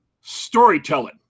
storytelling